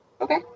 Okay